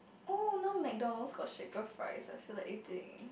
oh now McDonald got shaker fries I feel like eating